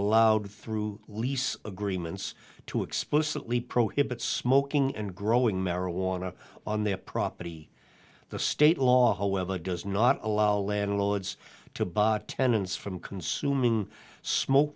allowed through lease agreements to explicitly prohibits smoking and growing marijuana on their property the state law however does not allow landlords to tenants from consuming smoke